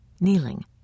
Kneeling